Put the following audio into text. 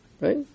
Right